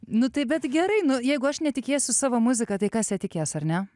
nu tai bet gerai nu jeigu aš netikėsiu savo muzika tai kas ja tikės ar ne